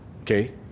okay